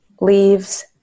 leaves